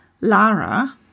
Lara